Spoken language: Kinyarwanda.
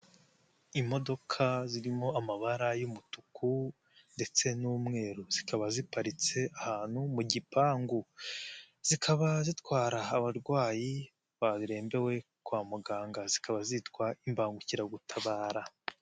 Imodoka zirimo amabara y'umutuku ndetse n'umweru zikaba ziparitse ahantu mu gipangu, zikaba zitwara abarwayi barembewe kwa muganga, zikaba zitwa imbangukiragutabara.